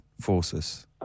forces